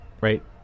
right